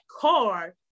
car